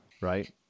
Right